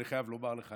אני חייב לומר לך,